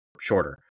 shorter